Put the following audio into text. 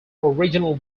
original